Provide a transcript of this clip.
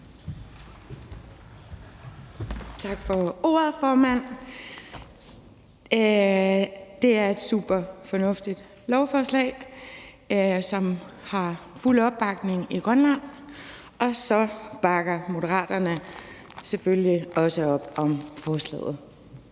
Tak for ordet, formand. Det er et superfornuftigt lovforslag, som har fuld opbakning i Grønland, og derfor bakker Moderaterne selvfølgelig også op om forslaget.